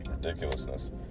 Ridiculousness